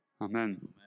Amen